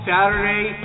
Saturday